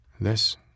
This